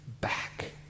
back